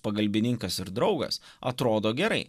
pagalbininkas ir draugas atrodo gerai